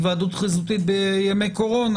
היוועדות חזותית בימי קורונה,